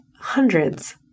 hundreds